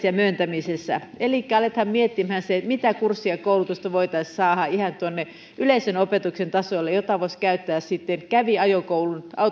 ja myöntämisessä elikkä aletaan miettimään sitä mitä kurssia ja koulutusta voitaisiin saada ihan tuonne yleisen opetuksen tasolle jota sitten voisi käyttää kävi